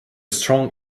strong